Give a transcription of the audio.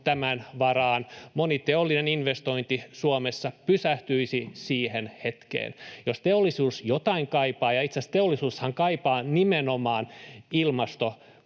tämän varaan, ja moni teollinen investointi Suomessa pysähtyisi siihen hetkeen. Jos teollisuus jotain kaipaa — ja itse asiassahan teollisuushan kaipaa nimenomaan ilmastokunnianhimoa,